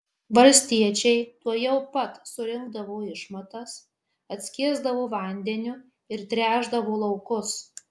valstiečiai tuojau pat surinkdavo išmatas atskiesdavo vandeniu ir tręšdavo laukus